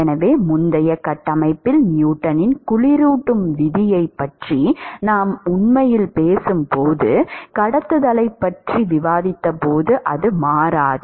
எனவே முந்தைய கட்டமைப்பில் நியூட்டனின் குளிரூட்டும் விதியைப் பற்றி நாம் உண்மையில் பேசும்போதும் கடத்துதலைப் பற்றி விவாதித்தபோது அது மாறாது